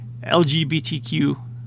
LGBTQ